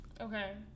Okay